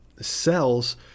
cells